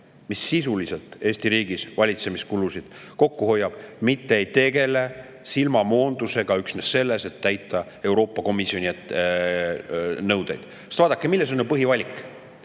mis sisuliselt Eesti riigis valitsemiskulusid kokku hoiab, mitte ei tegele silmamoondusega üksnes selleks, et täita Euroopa Komisjoni nõudeid. Vaadake, milles on põhivalik.